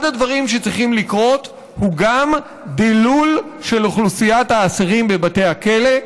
אחד הדברים שצריכים לקרות הוא גם דילול של אוכלוסיית האסירים בבתי הכלא,